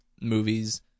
movies